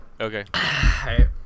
Okay